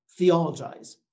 theologize